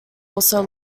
also